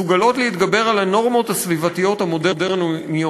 מסוגלות להתגבר על הנורמות הסביבתיות המודרניות